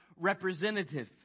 representative